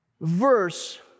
verse